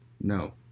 No